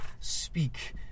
speak